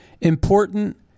important